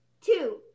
Two